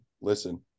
listen